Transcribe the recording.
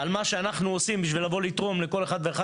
פה זאת מילה לכל נשות או הבעלים והילדים והמשפחות של השוטרים.